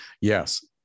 Yes